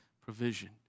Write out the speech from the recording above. provision